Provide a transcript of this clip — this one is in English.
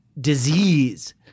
disease